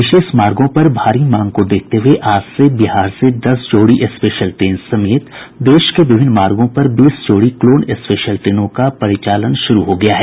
विशेष मार्गों पर भारी मांग को देखते हये आज से बिहार से दस जोड़ी स्पेशल ट्रेन समेत देश के विभिन्न मार्गों पर बीस जोड़ी क्लोन स्पेशल ट्रेनों का परिचालन शुरू हो गया है